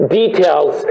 details